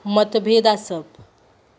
मतभेद आसप